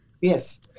Yes